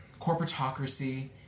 corporatocracy